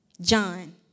John